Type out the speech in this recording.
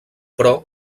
però